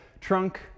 trunk